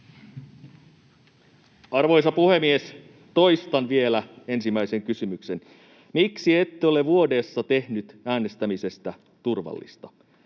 Arvoisa puhemies! Toistan vielä ensimmäisen kysymyksen: miksi ette ole vuodessa tehnyt äänestämisestä turvallista?